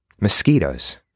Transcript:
Mosquitoes